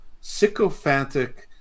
sycophantic